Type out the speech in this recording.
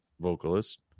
vocalist